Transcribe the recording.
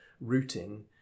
routing